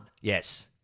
Yes